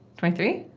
twenty three?